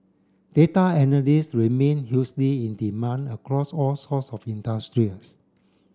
data analyst remain hugely in demand across all sorts of industrials